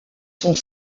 sont